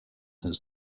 has